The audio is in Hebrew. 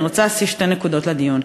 אני רוצה להוסיף שתי נקודות לדיון: